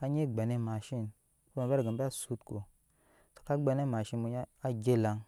anyi gbena emashin so dat beege be sulko aka gbena emashin muya a gyrhan